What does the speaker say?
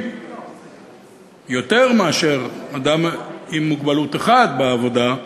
יותר מאדם אחד עם מוגבלות בעבודה,